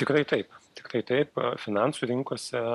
tikrai taip tikrai taip finansų rinkose